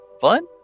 fun